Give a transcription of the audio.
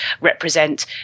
represent